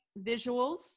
visuals